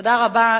תודה רבה.